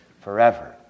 forever